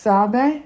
Sabe